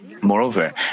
Moreover